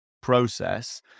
process